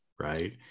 Right